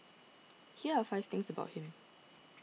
here are five things about him